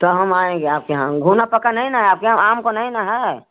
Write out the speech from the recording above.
तो हम आएँगे आपके यहाँ घुना पका नहीं ना है आपके यहाँ आम काे नहीं ना है